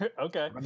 okay